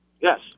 Yes